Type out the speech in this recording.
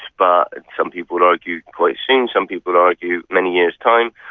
but some people argue quite soon, some people argue many years time,